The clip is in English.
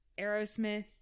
Aerosmith